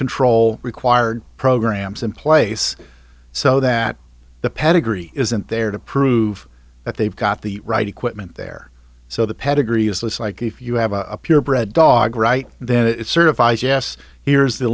control required programs in place so that the pedigree isn't there to prove that they've got the right equipment there so the pedigree is less like if you have a purebred dog right then it certifies yes here's the